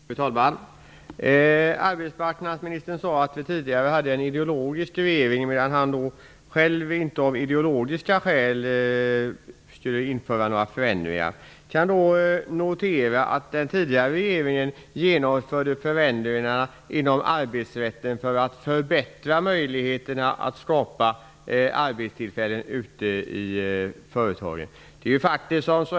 Fru talman! Arbetsmarknadsministern sade att man tidigare hade en ideologisk motivering. Han själv ville dock inte anföra ideologiska skäl för förändringar. Jag kan då notera att den tidigare regeringen införde förändringarna inom arbetsrätten för att förbättra möjligheterna att skapa arbetstillfällen ute i företagen.